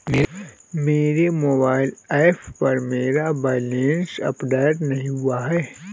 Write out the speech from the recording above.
मेरे mobile app पर मेरा बैलेंस अपडेट नहीं हुआ है